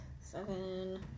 Seven